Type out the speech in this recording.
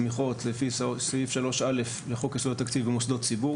תמיכות לפי סעיף 3(א) לחוק יסודות התקציב ומוסדות ציבור,